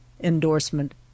Endorsement